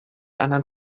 anderen